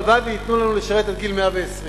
והלוואי וייתנו לנו לשרת עד גיל 120,